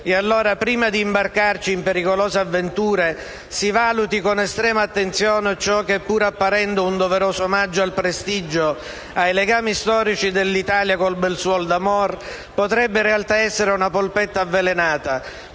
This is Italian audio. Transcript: Prima di imbarcarci in pericolose avventure, si valuti allora con estrema attenzione ciò che, pur apparendo un doveroso omaggio al prestigio, ai legami storici dell'Italia col «bel suol d'amor», potrebbe in realtà essere una polpetta avvelenata.